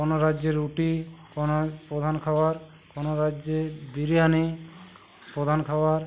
কোনও রাজ্যে রুটি কোনও প্রধান খাবার কোনও রাজ্যে বিরিয়ানি প্রধান খাবার